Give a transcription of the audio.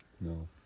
No